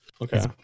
Okay